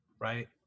Right